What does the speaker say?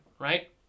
right